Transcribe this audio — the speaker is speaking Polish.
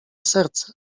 serce